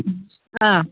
ꯑꯥ